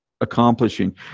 accomplishing